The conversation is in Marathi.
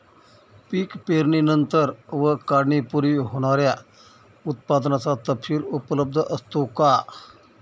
पीक पेरणीनंतर व काढणीपूर्वी होणाऱ्या उत्पादनाचा तपशील उपलब्ध असतो का?